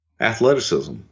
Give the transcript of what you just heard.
athleticism